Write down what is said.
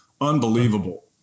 unbelievable